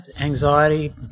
anxiety